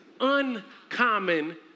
uncommon